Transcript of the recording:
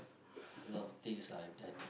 a lot of things lah I've done